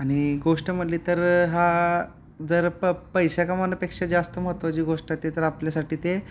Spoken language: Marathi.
आणि गोष्ट म्हटली तर हा जर प पैसा कमावण्यापेक्षा जास्त महत्त्वाची गोष्ट ती तर आपल्यासाठी ते